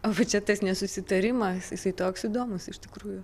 o va čia tas nesusitarimais jisai toks įdomūs iš tikrųjų